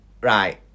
Right